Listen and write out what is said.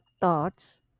thoughts